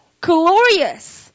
Glorious